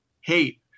hate